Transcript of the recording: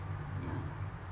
yeah